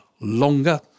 longer